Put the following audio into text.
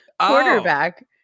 quarterback